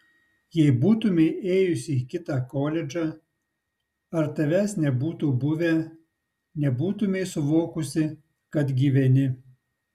jei būtumei ėjusi į kitą koledžą ar tavęs nebūtų buvę nebūtumei suvokusi kad gyveni